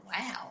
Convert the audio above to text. wow